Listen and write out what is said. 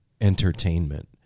entertainment